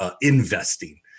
investing